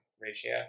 ratio